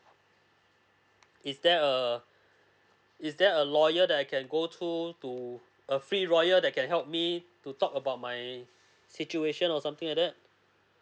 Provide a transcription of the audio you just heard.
is there a is there a lawyer that I can go through to a free lawyer that can help me to talk about my situation or something like that